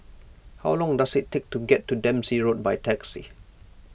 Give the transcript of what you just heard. how long does it take to get to Dempsey Road by taxi